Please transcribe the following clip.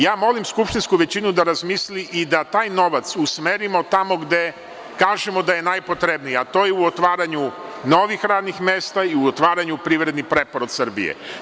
Ja molim skupštinsku većinu da razmisli i da taj novac usmerimo tamo gde kažemo da je najpotrebniji, a to je u otvaranju novih radnih mesta i u otvaranju privrednog preporod Srbije.